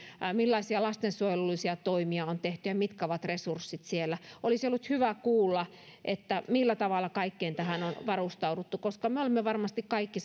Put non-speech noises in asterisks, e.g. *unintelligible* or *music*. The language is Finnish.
millaisia lastensuojelullisia toimia on tehty ja mitkä ovat resurssit siellä olisi ollut hyvä kuulla millä tavalla kaikkeen tähän on varustauduttu koska me olemme varmasti kaikki *unintelligible*